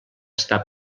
està